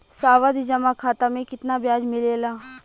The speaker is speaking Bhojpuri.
सावधि जमा खाता मे कितना ब्याज मिले ला?